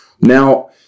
Now